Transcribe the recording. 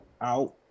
out